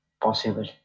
possible